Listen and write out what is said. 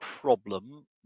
problem